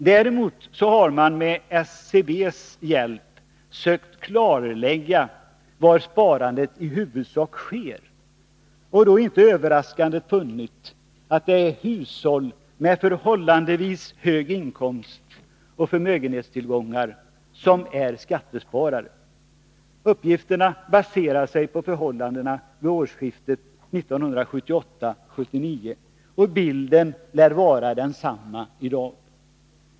Däremot har man med SCB:s hjälp sökt klarlägga var sparandet i huvudsak sker och — inte överraskande — funnit att det är hushåll med förhållandevis hög inkomst och förmögenhetstillgångar som är skattesparare. Uppgifterna baserar sig på förhållandena vid årsskiftet 1978-1979, och bilden lär vara densamma i dag.